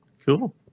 cool